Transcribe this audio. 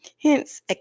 Hence